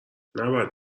نباید